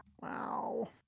wow